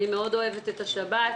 אני מאוד אוהבת את השבת.